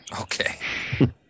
Okay